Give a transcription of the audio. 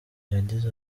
yagize